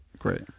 great